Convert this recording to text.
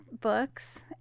books